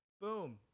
boom